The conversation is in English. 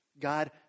God